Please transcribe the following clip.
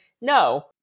no